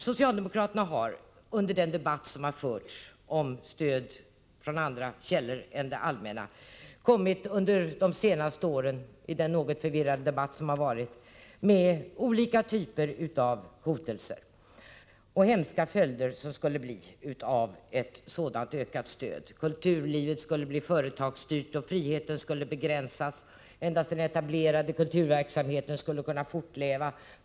Socialdemokraterna har under den något förvirrade debatt som under de senaste åren förts om stöd från andra källor än det allmänna kommit med olika typer av hotelser och talat om de hemska följderna av ett sådant ökat stöd. Kulturlivet skulle bli företagsstyrt, och friheten skulle begränsas. Endast den etablerade kulturverksamheten skulle kunna fortleva.